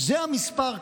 זה המספר,